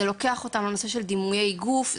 זה לוקח אותם לנושא של דימויי גוף.